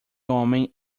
homem